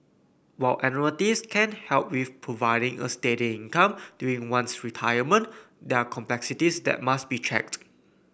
while annuities can help with providing a steady income during one's retirement there are complexities that must be checked